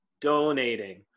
Donating